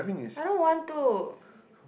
I don't want to